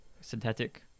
synthetic